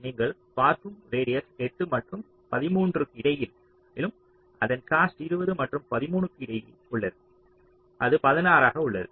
நீங்கள் பார்க்கும் ரேடியஸ் 8 மற்றும் 13 க்கு இடையிலும் அதன் காஸ்ட் 20 க்கும் 13 க்கும் இடையில் உள்ளது அது 16 ஆக உள்ளது